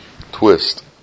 twist